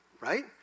right